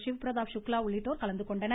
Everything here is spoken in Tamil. சிவ்பிரதாப் சுக்லா உள்ளிட்டோர் கலந்துகொண்டுள்ளனர்